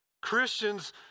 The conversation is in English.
christians